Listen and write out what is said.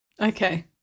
okay